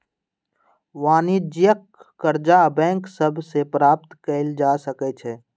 वाणिज्यिक करजा बैंक सभ से प्राप्त कएल जा सकै छइ